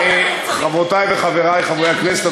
חברותי וחברי חברי הכנסת,